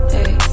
Hey